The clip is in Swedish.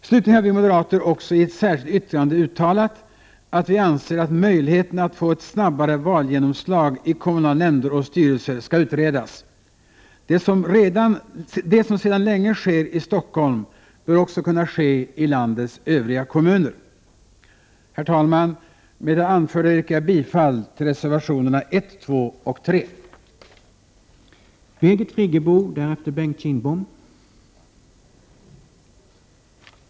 Slutligen har vi moderater också i ett särskilt yttrande uttalat, att vi anser att möjligheterna att få ett snabbare valgenomslag i kommunala nämnder och styrelser skall utredas. Det som sedan länge sker i Stockholm bör också — Prot. 1988/89:20 kunna ske i landets övriga kommuner. 9 november 1988 Herr talman! Med det anförda yrkar jag bifall till reservaionema 1,2 Z———- och 3 Kommunala frågor m.m.